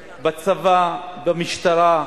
בצבא, במשטרה,